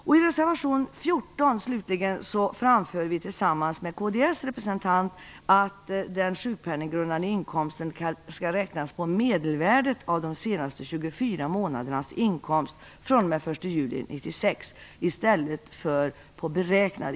I reservation 14 framför vi slutligen tillsammans med kds representant att den sjukpenninggrundande inkomsten skall räknas på medelvärdet av de senaste 1998.